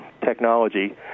technology